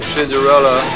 Cinderella